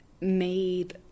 made